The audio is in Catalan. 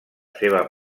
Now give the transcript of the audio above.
seva